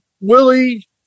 Willie